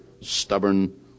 stubborn